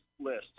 list